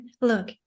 look